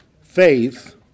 faith